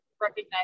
recognize